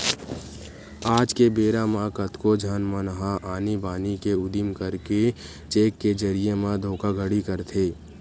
आज के बेरा म कतको झन मन ह आनी बानी के उदिम करके चेक के जरिए म धोखाघड़ी करथे